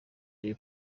the